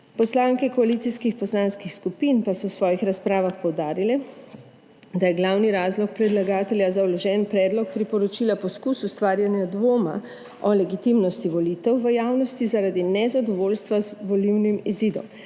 Poslanke koalicijskih poslanskih skupin pa so v svojih razpravah poudarile, da je glavni razlog predlagatelja za vložen predlog priporočila poskus ustvarjanja dvoma o legitimnosti volitev v javnosti zaradi nezadovoljstva z volilnim izidom.